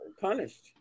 Punished